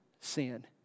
sin